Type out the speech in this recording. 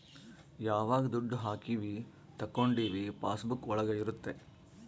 ಯಾವಾಗ ದುಡ್ಡು ಹಾಕೀವಿ ತಕ್ಕೊಂಡಿವಿ ಪಾಸ್ ಬುಕ್ ಒಳಗ ಇರುತ್ತೆ